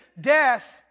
death